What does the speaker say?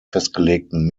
festgelegten